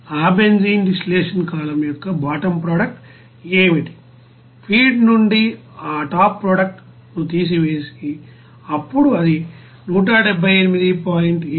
ఆ benzene distillation column యొక్క bottom product ఏమిటి ఫీడ్ నుండి ఆ టాప్ ప్రొడక్ట్ ను తీసివేసి అప్పుడు అది 178